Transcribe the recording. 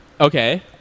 Okay